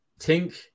tink